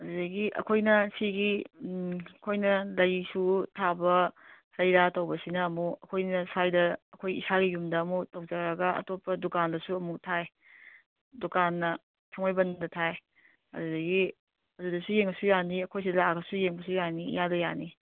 ꯑꯗꯨꯗꯒꯤ ꯑꯩꯈꯣꯏꯅ ꯁꯤꯒꯤ ꯑꯩꯈꯣꯏꯅ ꯂꯩꯁꯨ ꯊꯥꯕ ꯍꯩꯔꯥ ꯇꯧꯕꯁꯤꯅ ꯑꯃꯨꯛ ꯑꯩꯈꯣꯏꯅ ꯁ꯭ꯋꯥꯏꯗ ꯑꯩꯈꯣꯏ ꯏꯁꯥꯒꯤ ꯌꯨꯝꯗ ꯑꯃꯨꯛ ꯇꯧꯖꯔꯒ ꯑꯇꯣꯞꯄ ꯗꯨꯀꯥꯟꯗꯁꯨ ꯑꯃꯨꯛ ꯊꯥꯏ ꯗꯨꯀꯥꯟꯅ ꯊꯥꯡꯃꯩꯕꯟꯗ ꯊꯥꯏ ꯑꯗꯨꯗꯒꯤ ꯑꯗꯨꯗꯁꯨ ꯌꯦꯡꯉꯁꯨ ꯌꯥꯅꯤ ꯑꯩꯈꯣꯏ ꯁꯤꯗ ꯂꯥꯛꯑꯒꯁꯨ ꯌꯦꯡꯕꯁꯨ ꯌꯥꯅꯤ ꯏꯌꯥꯗ ꯌꯥꯅꯤ